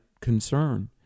concern